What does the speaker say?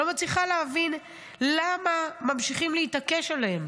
אני לא מצליחה להבין למה ממשיכים להתעקש על זה.